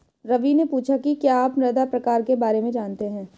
रवि ने पूछा कि क्या आप मृदा प्रकार के बारे में जानते है?